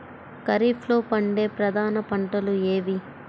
ఖరీఫ్లో పండే ప్రధాన పంటలు ఏవి?